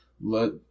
Let